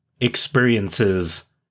Experiences